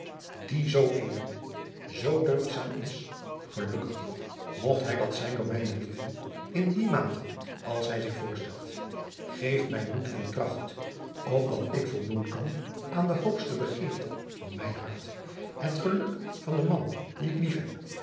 die zoo edel zoo deugdzaam is gelukkig mogt hij dat zijn door mijne liefde in die mate als hij zich voorstelt eef mij moed en krachten opdat ik voldoen kan aan de hoogste begeerte van mijn hart het geluk van den man dien ik lief